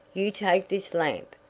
you take this lamp.